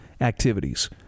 activities